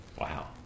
wow